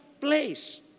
place